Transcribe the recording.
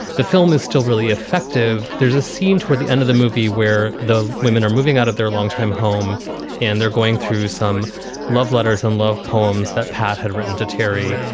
the film is still really effective. there's a scene toward the end of the movie where the women are moving out of their longtime home and they're going through some love letters and love poems that pat had written to terry.